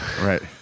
right